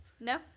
No